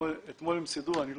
אתמול הסדירו את זה.